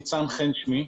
ניצן חן שמי.